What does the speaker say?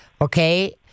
okay